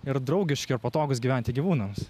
ir draugiški ir patogūs gyventi gyvūnams